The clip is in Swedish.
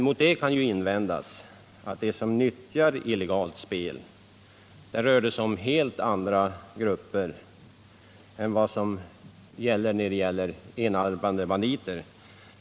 Mot det resonemanget kan invändas att de som hänger sig åt illegalt spel är helt andra grupper än sådana som brukar spela på enarmade banditer.